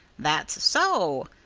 that's so!